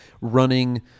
running